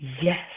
Yes